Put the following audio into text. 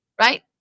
right